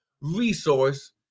resource